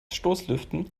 stoßlüften